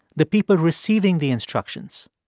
the people receiving the instructions.